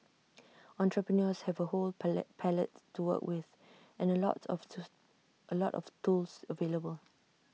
entrepreneurs have A whole palette to work with and A lot of A lot of tools available